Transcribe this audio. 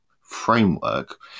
framework